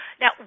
Now